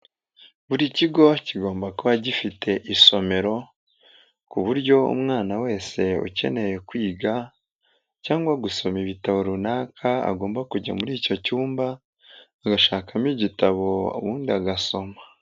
Buri kigo kigomba kuba gifite isomero ku buryo umwana wese ukeneye kwiga cyangwa gusoma ibitabo runaka agomba kujya muri icyo cyumba, agashakamo igitabo, ubundi agasoma.